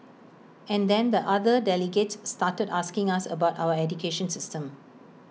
and then the other delegates started asking us about our education system